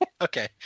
Okay